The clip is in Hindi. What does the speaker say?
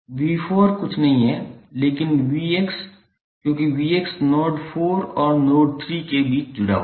𝑉4 कुछ नहीं है लेकिन 𝑉𝑥 क्योंकि 𝑉𝑥 नोड 4 और नोड 3 के बीच जुड़ा हुआ है